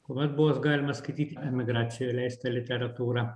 kuomet buvo galima skaityti emigracijoje leistą literatūrą